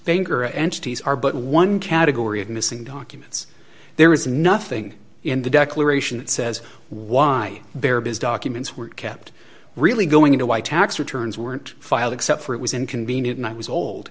are but one category of missing documents there is nothing in the declaration that says why their biz documents were kept really going into why tax returns weren't filed except for it was inconvenient and i was